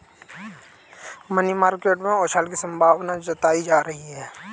money market में उछाल की संभावना जताई जा रही है